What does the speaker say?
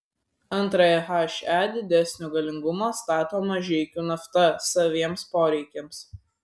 antrąją he didesnio galingumo stato mažeikių nafta saviems poreikiams